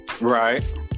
Right